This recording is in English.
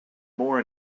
more